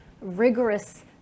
rigorous